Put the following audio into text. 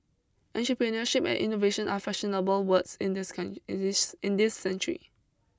entrepreneurship and innovation are fashionable words in this con in this in this century